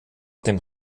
dem